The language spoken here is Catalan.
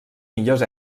millors